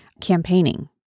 campaigning